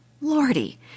Lordy